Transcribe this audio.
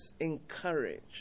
encourage